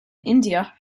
india